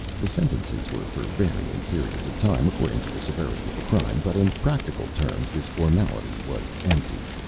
the sentences were for varying periods of time, according to the severity of the crime, but in practical terms this formality was empty.